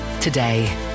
today